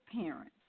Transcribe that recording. parents